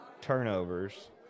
turnovers